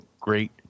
great